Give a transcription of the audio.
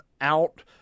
out